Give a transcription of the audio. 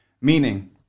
Meaning